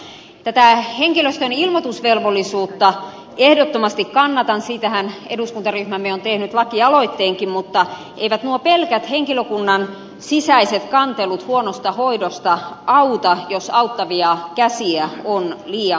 tätä henkilöstön ilmoitusvelvollisuutta ehdottomasti kannatan siitähän eduskuntaryhmämme on tehnyt lakialoitteenkin mutta eivät nuo pelkät henkilökunnan sisäiset kantelut huonosta hoidosta auta jos auttavia käsiä on liian vähän